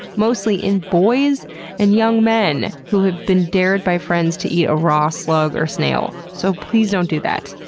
mostly in boys and young men who have been dared by friends to eat a raw slug or snail. so please don't do that.